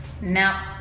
now